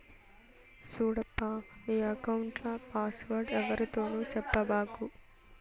సూడప్పా, నీ ఎక్కౌంట్ల పాస్వర్డ్ ఎవ్వరితోనూ సెప్పబాకు